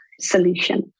solution